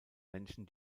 menschen